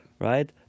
Right